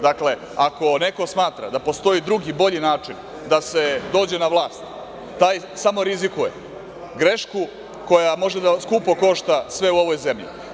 Dakle, ako neko smatra da postoji drugi, bolji način da se dođe na vlast, taj samo rizikuje grešku koja može skupo da košta sve u ovoj zemlji.